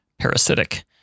parasitic